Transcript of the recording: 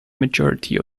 majority